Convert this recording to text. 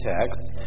text